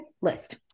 list